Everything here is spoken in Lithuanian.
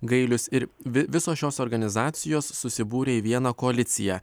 gailius ir visos šios organizacijos susibūrė į vieną koaliciją